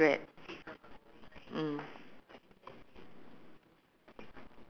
then the business was good that uh they open another one in jurong